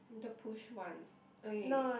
the push ones